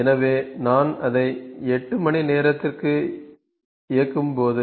எனவே நான் அதை 8 மணி நேரத்திற்கு இயக்கும்போது